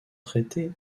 traitées